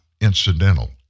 incidental